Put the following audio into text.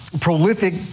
prolific